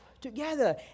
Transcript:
together